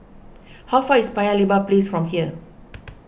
how far away is Paya Lebar Place from here